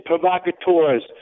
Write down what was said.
provocateurs